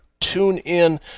TuneIn